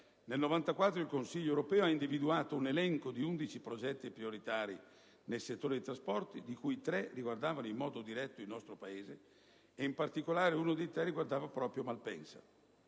Nel 1994, il Consiglio europeo ha individuato un elenco di undici progetti prioritari nel settore dei trasporti, di cui tre riguardavano in modo diretto il nostro Paese, ed in particolare uno dei tre riguardava proprio Malpensa.